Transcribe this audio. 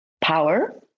power